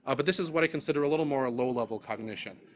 ah but this is what i consider a little more a low-level cognition,